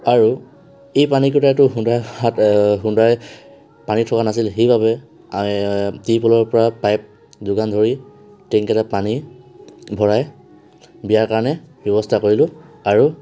আৰু এই পানী কোটাতো সোণদাই হাত সোণদাই পানী থোৱা নাছিল সেইবাবে তিৰপালৰ পৰা পাইপ যোগান ধৰি টেংকি এটাত পানী ভৰাই বিয়া কাৰণে ব্যৱস্থা কৰিলো আৰু